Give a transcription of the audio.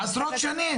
עשרות שנים.